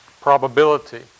probability